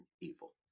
evil